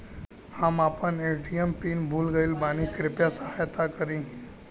हम आपन ATM PIN भूल गईल बानी कृपया सहायता करी